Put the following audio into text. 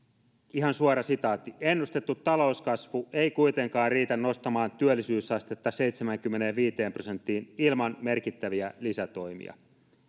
ihan suora sitaatti ennustettu talouskasvu ei kuitenkaan riitä nostamaan työllisyysastetta seitsemäänkymmeneenviiteen prosenttiin ilman merkittäviä lisätoimia